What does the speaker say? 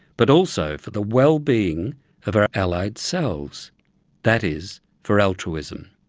but also for the wellbeing of our allied selves that is for altruism.